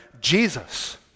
Jesus